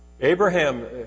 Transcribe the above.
Abraham